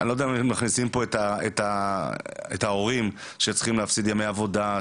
אני לא יודע אם מכניסים פה את ההורים שצריכים להפסיד ימי עבודה,